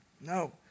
no